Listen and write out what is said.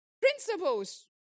principles